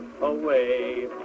Away